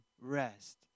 rest